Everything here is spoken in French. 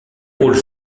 rôles